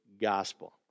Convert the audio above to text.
gospel